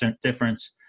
difference